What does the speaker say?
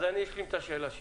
אז אני אשלים את השאלה שלי.